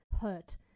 hurt